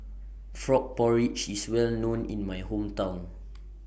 Frog Porridge IS Well known in My Hometown